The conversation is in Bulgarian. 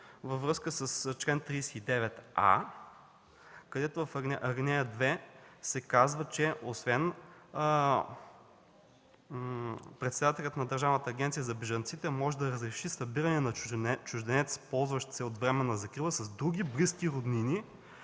във връзка с чл. 39а, където в ал. 2 се казва, че председателят на Държавната агенция за бежанците може да разреши събиране на чужденец, ползващ се от временна закрила, с други близки роднини,